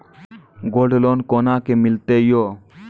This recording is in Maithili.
गोल्ड लोन कोना के मिलते यो?